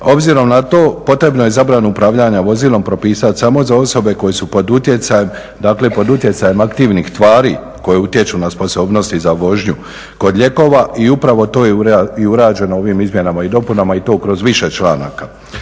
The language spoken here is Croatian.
Obzirom na to potrebno je zabranu upravljanja vozilom propisat samo za osobe koje su pod utjecajem aktivnih tvari koje utječu na sposobnosti za vožnju kod lijekova i upravo to je i urađeno ovim izmjenama i dopunama i to kroz više članaka.